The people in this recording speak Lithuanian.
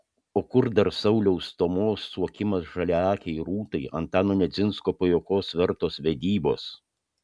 o kur dar sauliaus stomos suokimas žaliaakei rūtai antano nedzinsko pajuokos vertos vedybos